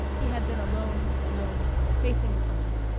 he had been alone, alone facing it all.